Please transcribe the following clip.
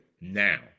now